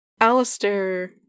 Alistair